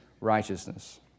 righteousness